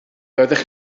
doeddech